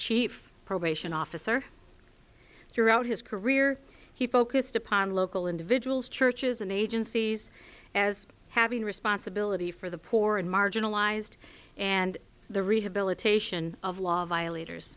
chief probation officer throughout his career he focused upon local individuals churches and agencies as having responsibility for the poor and marginalized and the rehabilitation of law violators